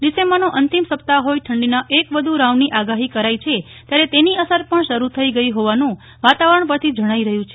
ડિસેમ્બરનો અંતિમ સપ્તાહ હોઈ ઠંડીના એક વધુ રાઉન્ડની આગાહી કરાઈ છે ત્યારે તેની અસર પણ શરૂ થઈ ગઈ હોવાનું વાતાવરણ પરથી જણાઈ રહ્યું છે